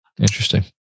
interesting